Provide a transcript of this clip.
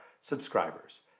subscribers